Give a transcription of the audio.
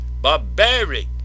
barbaric